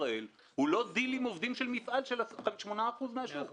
ישראל הוא לא דיל עם עובדים של מפעל שמחזיק 8% מן השוק.